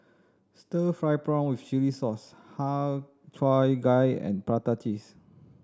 stir fried prawn with chili sauce Har Cheong Gai and prata cheese